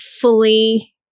fully